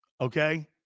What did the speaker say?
Okay